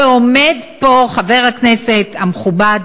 ועומד פה חבר הכנסת המכובד,